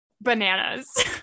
bananas